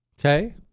Okay